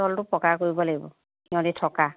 তলটো পকা কৰিব লাগিব সিহঁতি থকা